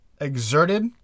exerted